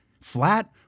Flat